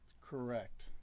Correct